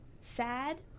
sad